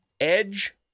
Edge